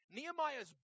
Nehemiah's